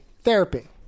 therapy